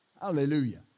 Hallelujah